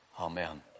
Amen